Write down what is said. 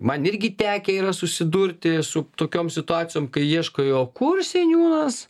man irgi tekę susidurti su tokiom situacijom kai ieškai o kur seniūnas